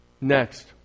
Next